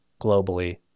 globally